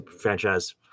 franchise